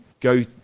go